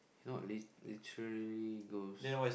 not lit literally ghost